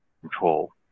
control